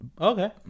Okay